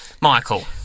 Michael